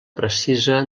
precisa